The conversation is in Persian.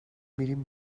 میریم